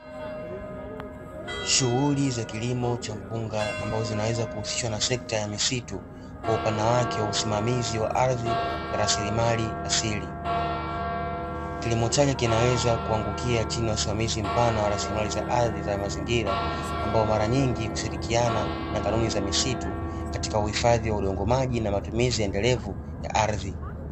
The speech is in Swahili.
Shughuli za kilimo cha mpunga ambazo zinaweza kuhusishwa na sekta ya misitu, kwa upana wake wa usimamizi wa ardhi na rasilimali asili. Kilimo chake kinaweza kuangukia chini ya usimamizi mpana wa rasilimali za ardhi za mazingira, ambapo mara nyingi hushirikiana na kanuni za misitu katika uhifadhi wa udongo maji na matumizi endelevu ya ardhi.